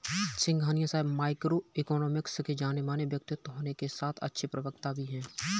सिंघानिया साहब micro economics के जानेमाने व्यक्तित्व होने के साथ अच्छे प्रवक्ता भी है